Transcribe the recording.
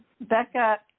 Becca